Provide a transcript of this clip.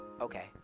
Okay